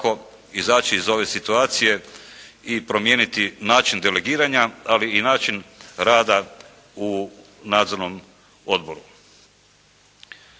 iz ove situacije i promijeniti način delegiranja, ali i način rada u nadzornom odboru.